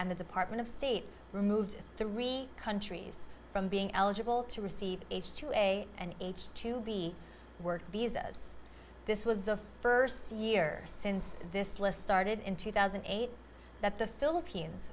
and the department of state removed the re countries from being eligible to receive h two a and h two b work visas this was the st year since this list started in two thousand and eight that the philippines